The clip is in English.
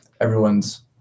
everyone's